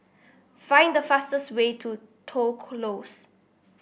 find the fastest way to Toh Close